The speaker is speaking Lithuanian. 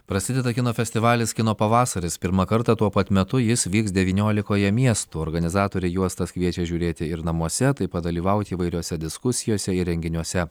prasideda kino festivalis kino pavasaris pirmą kartą tuo pat metu jis vyks devyniolikoje miestų organizatoriai juostas kviečia žiūrėti ir namuose taip pat dalyvauti įvairiose diskusijose ir renginiuose